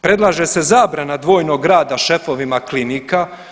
Predlaže se zabrana dvojnog rada šefovima klinika.